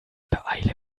beeile